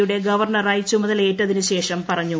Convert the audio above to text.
യുടെ ഗവർണറായി ചുമതലയേറ്റതിന് ശേഷം പറഞ്ഞു